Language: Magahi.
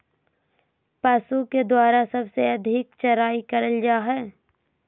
पशु के द्वारा सबसे अधिक चराई करल जा हई